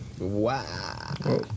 Wow